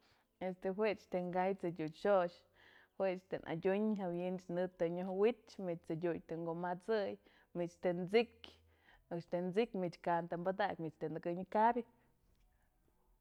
Jue tën kay tsëdiuty xo'oxë, juech tën adyun jawi'in në ten yojwich manytë tsëdiuty tën kumasëy, manytë tën t'sikyë, koch të t'sikyë manytë ka'an tën padakyë manytë tën dëkënyë kabyë.